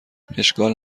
اشکال